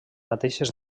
mateixes